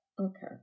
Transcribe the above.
Okay